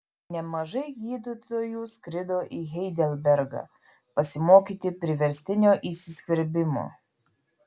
nemažai gydytojų skrido į heidelbergą pasimokyti priverstinio įsiskverbimo